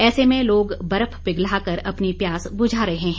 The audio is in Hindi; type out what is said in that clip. ऐसे में लोग बर्फ पिघलाकर अपनी प्यास बुझा रहे हैं